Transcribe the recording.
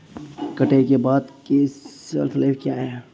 कटाई के बाद की शेल्फ लाइफ क्या है?